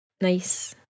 nice